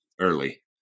early